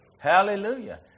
Hallelujah